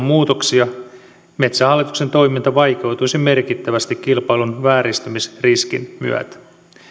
muutoksia metsähallituksen toiminta vaikeutuisi merkittävästi kilpailun vääristymisriskin myötä